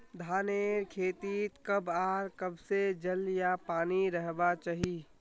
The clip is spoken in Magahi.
धानेर खेतीत कब आर कब से जल या पानी रहबा चही?